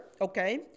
okay